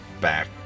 back